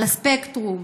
על הספקטרום,